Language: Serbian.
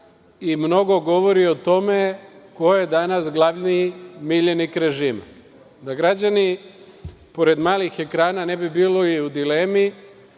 i mnogo govori o tome ko je danas glavni miljenik režima. Da građani pored malih ekrana ne bi bili u dilemi,